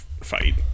fight